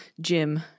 Jim